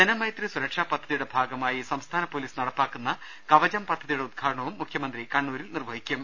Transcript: ജനമൈത്രി സുരക്ഷാ പദ്ധതിയുടെ ഭാഗമായി സംസ്ഥാന പൊലീസ് നടപ്പാക്കുന്ന കവചം പദ്ധതിയുടെ ഉദ്ഘാടനവും മുഖ്യമന്ത്രി കണ്ണൂരിൽ നിർവ്വഹിക്കും